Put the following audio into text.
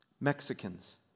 Mexicans